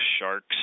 sharks